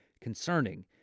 concerning